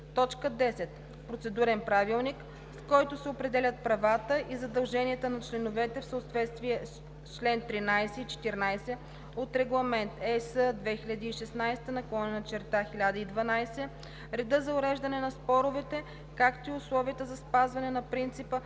10. процедурен правилник, с който се определят правата и задълженията на членовете в съответствие с чл. 13 и 14 от Регламент (ЕС) 2016/1012, реда за уреждане на споровете, както и условията за спазване на принципа